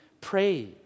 Pray